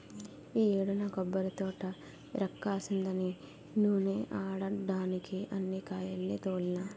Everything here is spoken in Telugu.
ఈ యేడు నా కొబ్బరితోట ఇరక్కాసిందని నూనే ఆడడ్డానికే అన్ని కాయాల్ని తోలినా